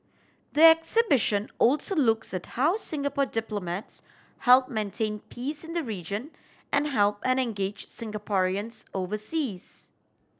the exhibition also looks at how Singapore diplomats help maintain peace in the region and help and engage Singaporeans overseas